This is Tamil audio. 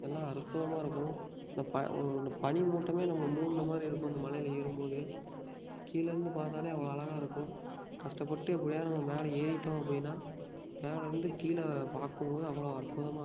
எல்லாம் அற்புதமாக இருக்கும் இந்த ஒரு பனி மூட்டம் நம்மளை மூடின மாதிரி இருக்கும் இந்த மலையில் ஏறும்போது கீழேந்து பார்த்தாலே அவ்வளோ அழகா இருக்கும் கஷ்டபட்டு எப்டியாவது நம்ம மேலே ஏறிட்டோம் அப்படின்னா மேலேருந்து கீழே பார்க்கும்போது அவ்வளோ அற்புதமாக இருக்கும்